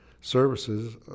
services